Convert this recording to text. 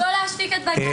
לא להשתיק את בג"ץ.